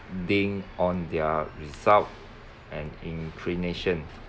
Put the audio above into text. being on their result and inclination